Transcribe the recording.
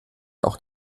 auch